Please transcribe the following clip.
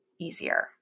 easier